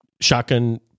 shotgun